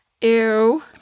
Ew